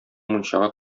мунчага